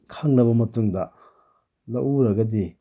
ꯈꯪꯂꯕ ꯃꯇꯨꯡꯗ ꯂꯧ ꯎꯔꯒꯗꯤ